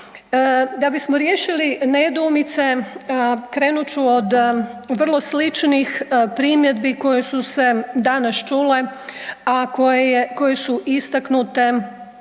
Da bismo riješili nedoumice krenut ću od vrlo sličnih primjedbi koje su se danas čule, a koje je, koje su istaknute